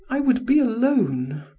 i would be alone.